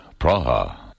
Praha